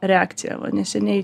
reakcija va neseniai